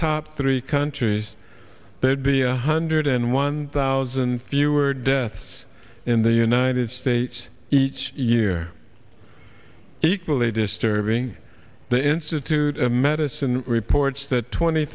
top three countries there'd be a hundred and one thousand fewer deaths in the united states each year equally disturbing the institute of medicine reports that twenty